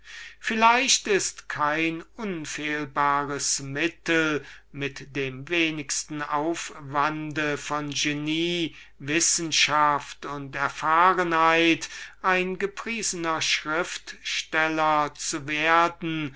vielleicht ist kein unfehlbarers mittel mit dem wenigsten aufwand von genie wissenschaft und erfahrenheit ein gepriesener schriftsteller zu werden